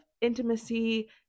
intimacy